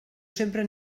sempre